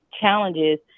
challenges